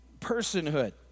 personhood